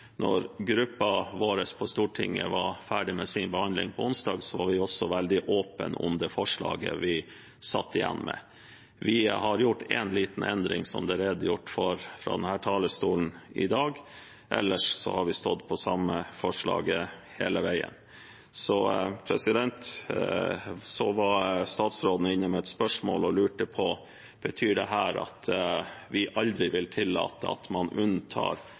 Når gruppen vår på Stortinget var ferdig med sin behandling på onsdag, var vi også veldig åpne om det forslaget vi satt igjen med. Vi har gjort én liten endring, som det er redegjort for fra denne talerstolen i dag, ellers har vi stått på samme forslaget hele veien. Så var statsråden inne med et spørsmål og lurte på om dette betyr at vi aldri vil tillate at man unntar